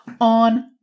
on